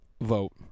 vote